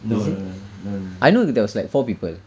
no no no no no